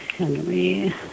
Henry